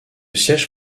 siège